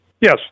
yes